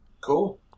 Cool